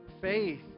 faith